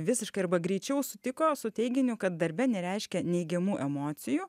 visiškai arba greičiau sutiko su teiginiu kad darbe nereiškia neigiamų emocijų